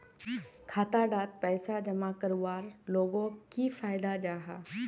खाता डात पैसा जमा करवार लोगोक की फायदा जाहा?